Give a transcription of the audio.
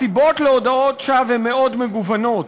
הסיבות להודאות שווא הן מאוד מגוונות,